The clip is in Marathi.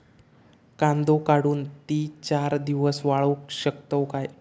कांदो काढुन ती चार दिवस वाळऊ शकतव काय?